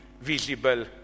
visible